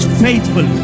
faithful